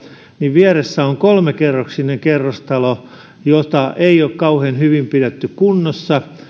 vieressä on kolmekerroksinen kerrostalo jota ei ole kauhean hyvin pidetty kunnossa